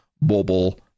mobile